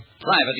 private